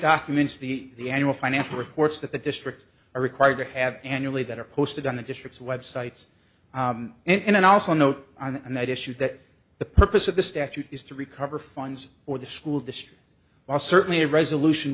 documents the the annual financial reports that the districts are required to have annually that are posted on the district's web sites and also note on that issue that the purpose of the statute is to recover funds or the school district or certainly a resolution